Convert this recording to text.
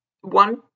one